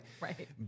Right